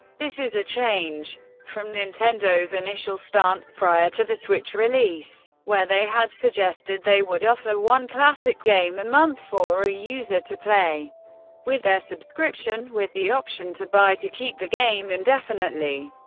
this is a change from nintendo's initial stance prior to the switch's release, where they had suggested they would offer one classic game a month for a user to play with their subscription, with the option to buy to keep the game indefinitely.